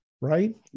right